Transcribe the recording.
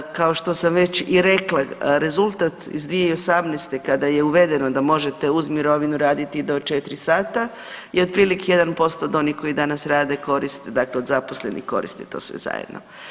Kao što sam već i rekla rezultat iz 2018. kada je uvedeno da možete uz mirovinu raditi do četiri sata je otprilike 1% onih koji danas rade koriste, dakle od zaposlenih koriste to sve zajedno.